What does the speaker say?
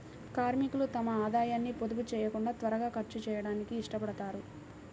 కార్మికులు తమ ఆదాయాన్ని పొదుపు చేయకుండా త్వరగా ఖర్చు చేయడానికి ఇష్టపడతారు